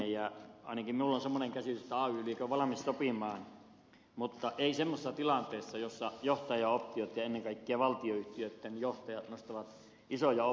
ainakin minulla on semmoinen käsitys että ay liike on valmis sopimaan mutta ei semmoisessa tilanteessa jossa johtajat ja ennen kaikkea valtionyhtiöitten johtajat nostavat isoja optioita